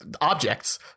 objects